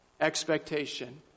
expectation